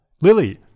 Lily